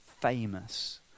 famous